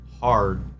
hard